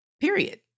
period